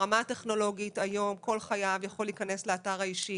ברמה הטכנולוגית היום כל חייב יכול להיכנס לאתר האישי.